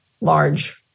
large